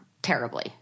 Terribly